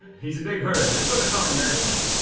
he's a big herd, that's what they're calling nerds now.